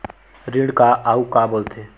ऋण का अउ का बोल थे?